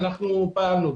כך פעלנו.